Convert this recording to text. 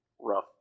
rough